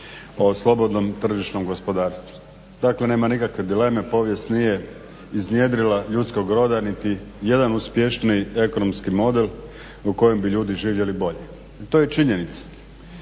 o slobodnom tržišnom gospodarstvu. Dakle, nema nikakve dileme, povijest nije iznjedrila ljudskog roda niti jedan uspješniji ekonomski model u kojem bi ljudi živjeli bolje i to je činjenica.